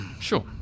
Sure